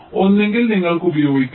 അതിനാൽ ഒന്നുകിൽ നിങ്ങൾക്ക് ഉപയോഗിക്കാം